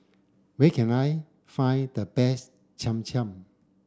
where can I find the best Cham Cham